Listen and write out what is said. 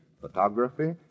photography